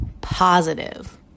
positive